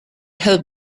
help